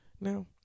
Now